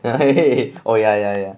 !hey! oh yeah yeah yeah